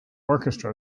orchestra